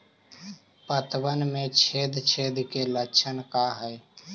पतबन में छेद छेद के लक्षण का हइ?